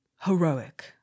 heroic